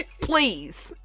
please